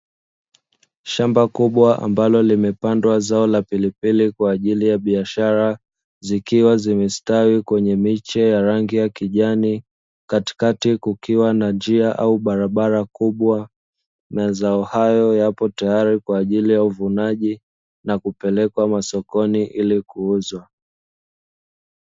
Shamba kubwa ambalo limepandwa zao la pilipili kwa ajili ya biashara zikiwa zimestawi kwenye miche ya rangi ya kijani, katikati kukiwa na njia au barabara kubwa mazao hayo yapo tayari kwa ajili ya uvunaji na kupelekwa masokoni ilikuuzwa.